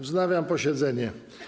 Wznawiam posiedzenie.